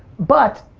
but,